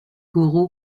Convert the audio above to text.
guru